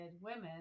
women